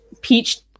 peach